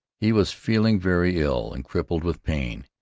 he was feeling very ill, and crippled with pain.